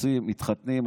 מתחתנים,